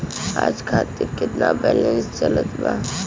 आज खातिर केतना बैलैंस बचल बा?